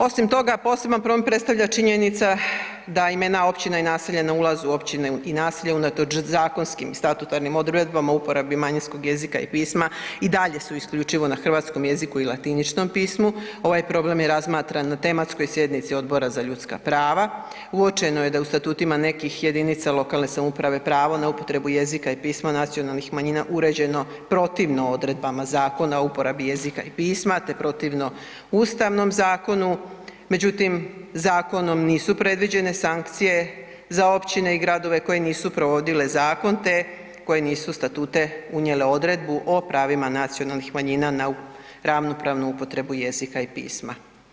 Osim toga, poseban problem predstavlja činjenica da ima jedna općina i naselje na ulazu u općinu i naselje unatoč zakonskim statutarnim odredbama o uporabi manjinskog jezika i pisma, i dalje su isključivo na hrvatskom jeziku i latiničnom pismu, ovaj problem je razmatram na tematskoj sjednici Odbora za ljudska prava, uočeno je da u statutima nekih jedinica lokalne samouprave pravo na upotrebu jezika i pisma nacionalnih manjina je uređeno protivno odredbama Zakona o uporabi jezika i pisma te protivno Ustavnom zakonu, međutim zakonom nisu predviđene sankcije za općine i gradove koje nisu provodile zakon te koje nisu u statute unijele odredbu o pravima nacionalnih manjina na ravnopravnu upotrebu jezika i pisma.